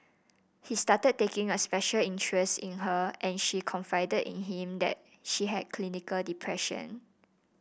he started taking a special interest in her and she confided in him that she had clinical depression